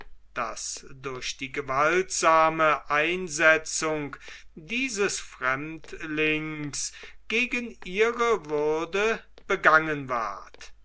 das durch die gewaltsame einsetzung dieses fremdlings gegen ihre würde begangen ward